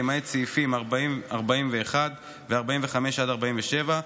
למעט סעיפים 41-40 ו-45 47,